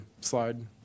slide